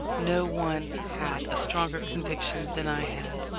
no one had a stronger conviction than i had.